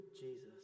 Jesus